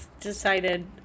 decided